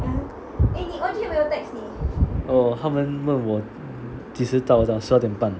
oh 他们问我几时到我讲十二点半